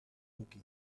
woking